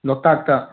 ꯂꯣꯛꯇꯥꯛꯇ